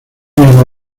mismo